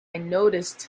noticed